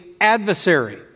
adversary